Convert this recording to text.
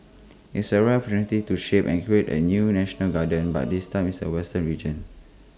it's A rare opportunity to shape and create A new national gardens but this time is A western region